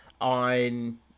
on